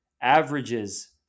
averages